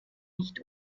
nicht